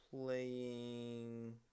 playing